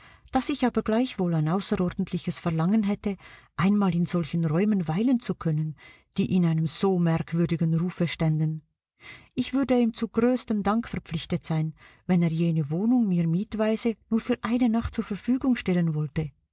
daß ich aber gleichwohl ein außerordentliches verlangen hätte einmal in solchen räumen weilen zu können die in einem so merkwürdigen rufe ständen ich würde ihm zu größtem dank verpflichtet sein wenn er jene wohnung mir mietweise nur für eine nacht zur verfügung stellen wollte